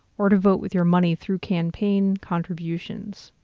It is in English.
or to vote with your money through campaign contributions.